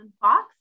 Fox